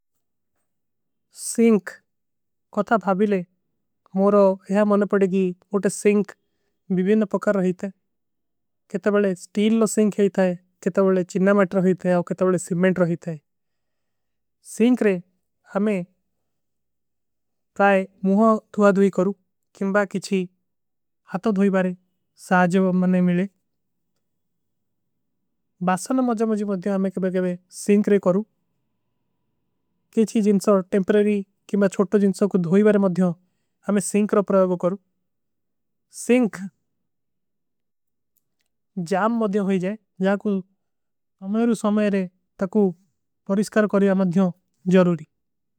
ସିଂଖ କଥା ଭାଵିଲେ ମୋରୋ ଯହାଂ ମନ ପଡେ ଗୀ ଓଟେ ସିଂଖ ଵିଭୀନ। ପକର ରହୀ ଥା କଥା ବଲେ ସ୍ଟୀଲ ଲୋ ସିଂଖ ହୈ ଥାଈ କଥା ବଲେ ଚିନ୍ନା। ମେଟ ରହୀ ଥାଈ ଔକଥା ବଲେ ସିମ୍ମେଂଟ ରହୀ ଥାଈ ସିଂଖ ରେ ହମେଂ ପ୍ରାଈ। ମୁହ ଧୁଆ ଧୁଈ କରୂ କିମବା କିଛୀ ହାତୋ। ଧୁଈ ବାରେ ସାହଜଵ ମନେ ମିଲେ ବାସନ ମଜମଜୀ ମଦ୍ଯୋଂ ହମେଂ କେବ କେବ। ସିଂଖ ରେ କରୂ କିଛୀ ଜିଂସୋଂ ଟେଂପରେରୀ କିମା ଛୋଟୋ ଜିଂସୋଂ କୋ ଧୁଈ। ବାରେ ମଦ୍ଯୋଂ ହମେଂ ସିଂଖ ରୋ ପ୍ରଯାବ କରୂ ସିଂଖ ଜାମ ମଦ୍ଯୋଂ ହୋଈ ଜାଏ। ଜାକୁଲ ହମେରୋ ସମଯରେ ତକୁ ପରିଷକର କରିଯା ମଧ୍ଯୋଂ ଜରୂରୀ।